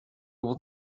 will